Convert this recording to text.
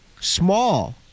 small